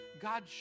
God